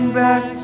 back